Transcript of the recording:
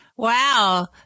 Wow